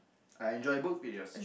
I enjoy both videos